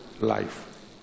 life